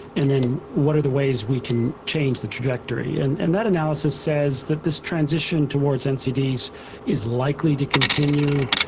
and then what are the ways we can change the trajectory. and and that analysis says that this transition towards ncds is likely to continue.